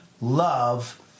love